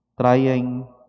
trying